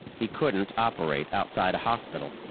he couldn't operate outside a hospital.